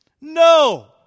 no